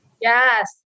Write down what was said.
Yes